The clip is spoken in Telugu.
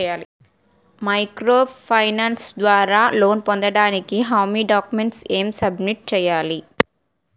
మైక్రో ఫైనాన్స్ ద్వారా లోన్ పొందటానికి హామీ డాక్యుమెంట్స్ ఎం సబ్మిట్ చేయాలి?